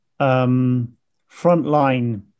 frontline